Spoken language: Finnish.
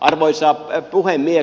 arvoisa puhemies